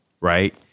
Right